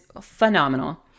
phenomenal